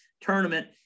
tournament